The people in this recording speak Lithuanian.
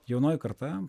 jaunoji karta